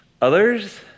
Others